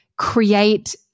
Create